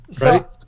right